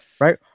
right